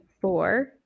four